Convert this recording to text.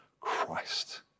Christ